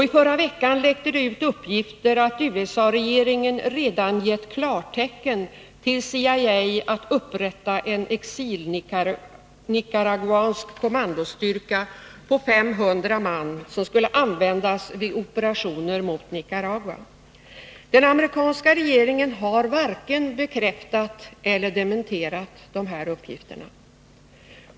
I förra veckan läckte det ut uppgifter att USA-regeringen redan gett klartecken till CIA att upprätta en exilnicaraguansk kommandostyrka på 500 man, som skulle användas vid operationer mot Nicaragua. Den amerikanska regeringen har varken bekräftat eller dementerat de här uppgifterna.